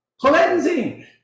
cleansing